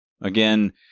Again